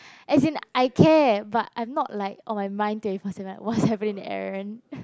as in I care but I'm not like on my mind twenty four seven what's happening to Aaron